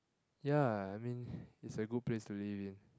ya I mean is a good place to live in